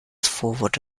forward